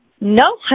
No